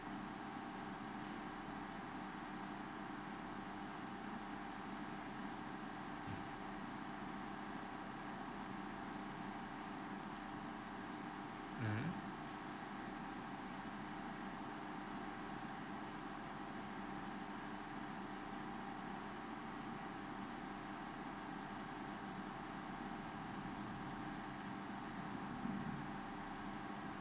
mm